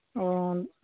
ᱳ